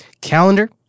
calendar